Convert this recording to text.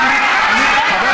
אתם צבועים, חבר